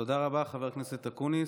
תודה רבה, חבר הכנסת אקוניס.